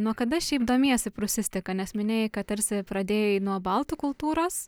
nuo kada šiaip domiesi prūsistika nes minėjai kad tarsi pradėjai nuo baltų kultūros